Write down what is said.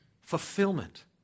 fulfillment